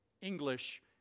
English